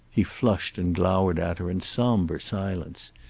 he flushed and glowered at her in somber silence,